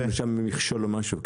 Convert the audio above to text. לא היה שם מכשול או משהו.